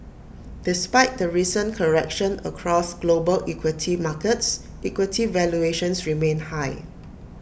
despite the recent correction across global equity markets equity valuations remain high